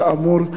כאמור,